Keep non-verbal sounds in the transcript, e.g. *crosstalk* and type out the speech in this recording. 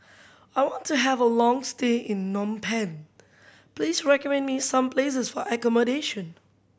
I want to have a long stay in *unintelligible* Penh Please recommend me some places for accommodation